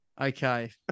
Okay